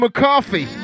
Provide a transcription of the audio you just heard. McCarthy